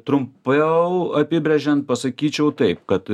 trumpiau apibrėžiant pasakyčiau taip kad